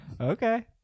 okay